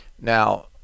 Now